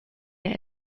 der